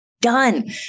Done